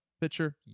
picture